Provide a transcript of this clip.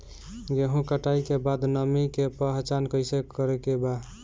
गेहूं कटाई के बाद नमी के पहचान कैसे करेके बा?